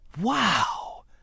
Wow